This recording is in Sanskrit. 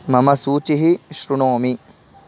मम सूचीः शृणोमि